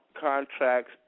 contracts